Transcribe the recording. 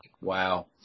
Wow